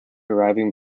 arriving